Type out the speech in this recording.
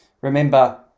remember